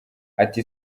ati